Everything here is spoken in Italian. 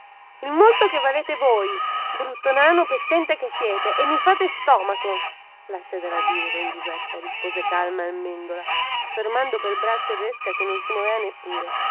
il molto che valete voi brutto nano pezzente che siete e mi fate stomaco lasciatela dire don giuseppe rispose calmo il mendola fermando pel braccio il resca che non si moveva neppure